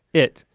it.